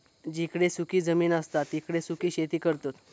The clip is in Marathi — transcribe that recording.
जिकडे सुखी जमीन असता तिकडे सुखी शेती करतत